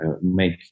make